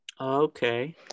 Okay